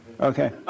Okay